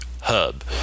hub